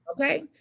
Okay